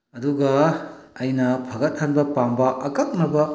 ꯑꯗꯨꯒ ꯑꯩꯅ ꯐꯒꯠꯍꯟꯕ ꯄꯥꯝꯕ ꯑꯀꯛꯅꯕ